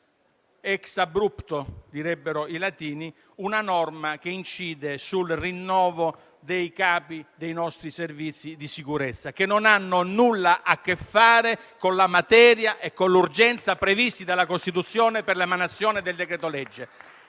*ex abrupto*, direbbero i latini - una norma che incide sul rinnovo dei capi dei nostri servizi di sicurezza, che non ha nulla a che fare con la materia né con l'urgenza prevista dalla Costituzione per l'emanazione del decreto-legge.